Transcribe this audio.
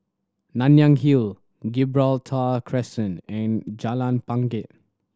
Nanyang Hill Gibraltar Crescent and Jalan Bangket